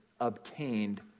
obtained